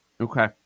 Okay